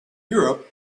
europe